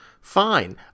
Fine